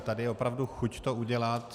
Tady je opravdu chuť to udělat.